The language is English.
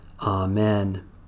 Amen